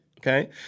Okay